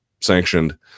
sanctioned